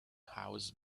houses